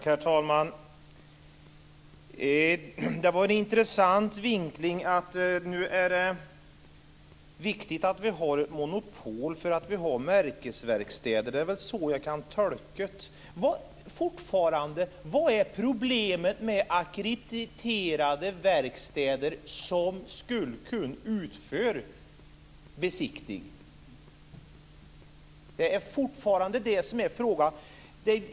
Herr talman! Det var en intressant vinkling - nu är det viktigt att vi har monopol för att vi har märkesverkstäder. Det är väl så jag kan tolka det. Fortfarande undrar jag: Vad är problemet med ackrediterade verkstäder som skulle kunna utföra besiktning? Det är fortfarande det som är frågan.